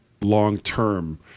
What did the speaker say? long-term